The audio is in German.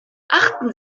achten